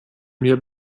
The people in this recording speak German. mir